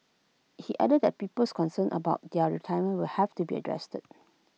he added that people's concerns about their retirement will have to be addressed